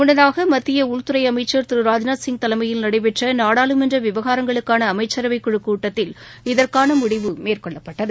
முன்னதாகமத்தியஉள்துறைஅமைச்சர் சிங் திரு ராஜ்நாத் தலையில் நடைபெற்றநாடாளுமன்றவிவகாரங்களுக்கானஅமைச்சரவைகுழுக் கூட்டத்தில் இதற்கானமுடிவு மேற்கொள்ளப்பட்டது